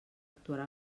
actuarà